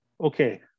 okay